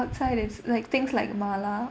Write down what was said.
outside it's like things like mala